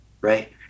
right